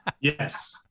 Yes